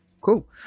Cool